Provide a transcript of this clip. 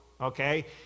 okay